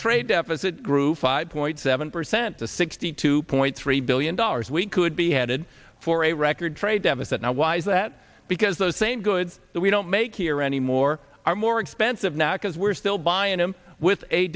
trade deficit grew five point seven percent to sixty two point three billion dollars we could be headed for a record trade deficit now why is that because those same goods that we don't make here anymore are more expensive now because we're still buying them with